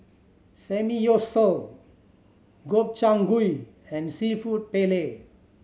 Samgyeopsal Gobchang Gui and Seafood Paella